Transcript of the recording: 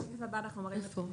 בשקף הבא אנחנו מראים נתונים.